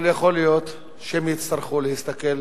אבל יכול להיות שהם יצטרכו להסתכל